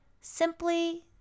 simply